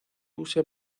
usa